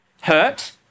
hurt